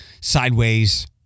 sideways